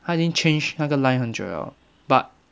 她已经 change 那个 line 很久 liao but